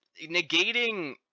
negating